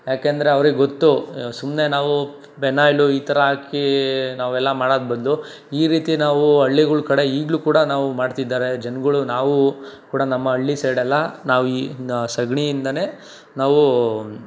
ಯಾಕೆಂದರೆ ಅವ್ರಿಗೆ ಗೊತ್ತು ಸುಮ್ಮನೆ ನಾವು ಫೆನಾಯ್ಲು ಈ ಥರ ಹಾಕಿ ನಾವೆಲ್ಲ ಮಾಡೋದ್ರ ಬದಲು ಈ ರೀತಿ ನಾವು ಹಳ್ಳಿಗಳ ಕಡೆ ಈಗಲೂ ಕೂಡ ನಾವು ಮಾಡ್ತಿದ್ದಾರೆ ಜನಗಳು ನಾವು ಕೂಡ ನಮ್ಮ ಹಳ್ಳಿ ಸೈಡಲ್ಲ ನಾವು ಈ ಸಗಣಿಯಿಂದನೇ ನಾವು